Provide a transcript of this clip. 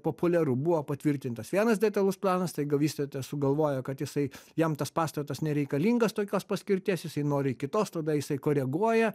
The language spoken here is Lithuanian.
populiaru buvo patvirtintas vienas detalus planas staiga vystytojas sugalvojo kad jisai jam tas pastatas nereikalingas tokios paskirties jisai nori kitos tada jisai koreguoja